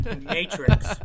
Matrix